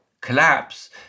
collapse